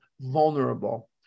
vulnerable